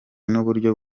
n’uburyo